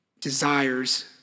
desires